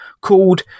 called